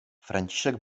franciszek